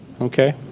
Okay